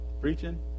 preaching